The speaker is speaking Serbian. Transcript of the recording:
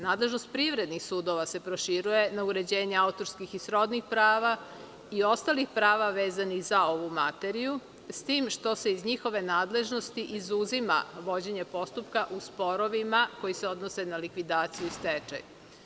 Nadležnost privrednih sudova se proširuje na uređenje autorskih i srodnih prava i ostalih prava vezanih za ovu materiju, s tim što se iz njihove nadležnosti izuzima vođenje postupka u sporovima koji se odnose na likvidaciju i stečaj.